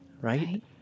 Right